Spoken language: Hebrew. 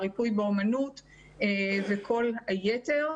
הריפוי באמנות וכל היתר,